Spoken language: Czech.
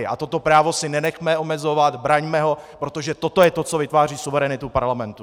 A toto právo si nenechme omezovat, braňme ho, protože toto je to, co vytváří suverenitu parlamentu.